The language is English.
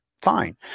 fine